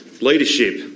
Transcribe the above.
Leadership